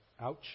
ouch